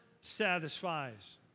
satisfies